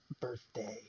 birthday